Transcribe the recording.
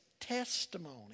testimony